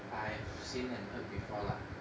I have seen and heard before lah